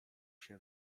się